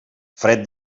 fred